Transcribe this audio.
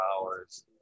hours